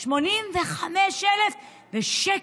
85,000, ושקט,